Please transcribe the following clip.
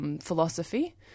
philosophy